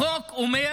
החוק אומר